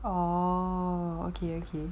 oh okay okay